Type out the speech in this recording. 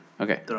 Okay